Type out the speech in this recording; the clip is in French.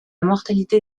mortalité